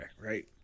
right